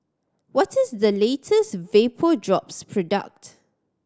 what is the latest Vapodrops product